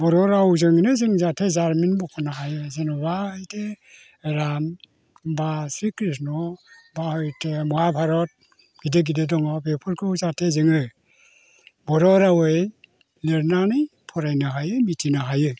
बर' रावजोंनो जों जाहाथे जारिमिन मख'नो हायो जेनेबा बिदि राम बा श्रि क्रिष्ण' बा हयथ' महाभारत गिदिर गिदिर दङ बेफोरखौ जाहाथे जोङो बर' रावै लिरनानै फरायनो हायो मिथिनो हायो